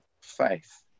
faith